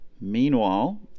Meanwhile